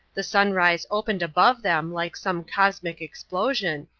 the sunrise opened above them like some cosmic explosion,